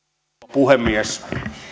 puhemies